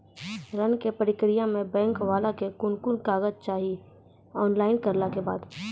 ऋण के प्रक्रिया मे बैंक वाला के कुन कुन कागज चाही, ऑनलाइन करला के बाद?